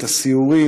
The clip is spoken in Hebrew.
את הסיורים,